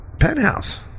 Penthouse